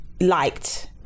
liked